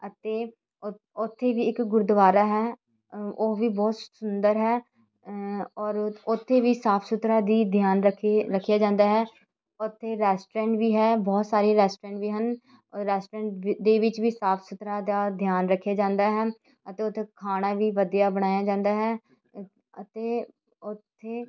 ਅਤੇ ਉ ਉੱਥੇ ਵੀ ਇੱਕ ਗੁਰਦੁਆਰਾ ਹੈ ਉਹ ਵੀ ਬਹੁਤ ਸੁੰਦਰ ਹੈ ਔਰ ਉੱਥੇ ਵੀ ਸਾਫ ਸੁਥਰਾ ਦੀ ਧਿਆਨ ਰੱਖੇ ਰੱਖਿਆ ਜਾਂਦਾ ਹੈ ਉੱਥੇ ਰੈਸਟੋਰੈਂਟ ਵੀ ਹੈ ਬਹੁਤ ਸਾਰੇ ਰੈਸਟੋਰੈਂਟ ਵੀ ਹਨ ਰੈਸਟੋਰੈਂਟ ਵਿ ਦੇ ਵਿੱਚ ਵੀ ਸਾਫ ਸੁਥਰਾ ਦਾ ਧਿਆਨ ਰੱਖਿਆ ਜਾਂਦਾ ਹੈ ਅਤੇ ਉੱਥੇ ਖਾਣਾ ਵੀ ਵਧੀਆ ਬਣਾਇਆ ਜਾਂਦਾ ਹੈ ਅਤੇ ਉੱਥੇ